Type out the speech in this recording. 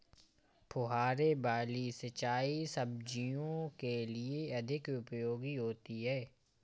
फुहारे वाली सिंचाई सब्जियों के लिए अधिक उपयोगी होती है?